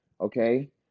okay